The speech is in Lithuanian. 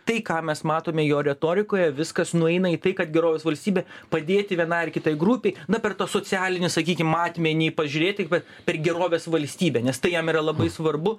tai ką mes matome jo retorikoje viskas nueina į tai kad gerovės valstybė padėti vienai ar kitai grupei na per tą socialinį sakykim matmenį pažiūrėti kad per gerovės valstybę nes tai jam yra labai svarbu